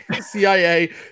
CIA